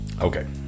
Okay